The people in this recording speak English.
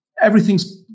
everything's